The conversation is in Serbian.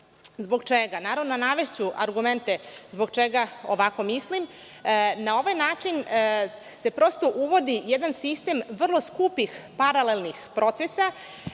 Zbog čega? Naravno, navešću argumente zbog čega ovako mislim. Na ovaj način se prosto uvodi jedan sistem vrlo skupih paralelnih procesa